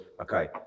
okay